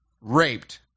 raped